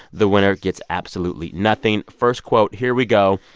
the winner gets absolutely nothing. first quote here we go.